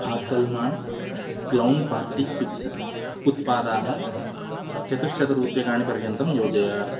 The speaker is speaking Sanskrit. फाकल्मान् क्लौन् पार्टी पिक्स् उत्पादाः चतुश्शतरूप्यकाणि पर्यन्तं योजय